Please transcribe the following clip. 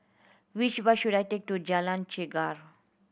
which bus should I take to Jalan Chegar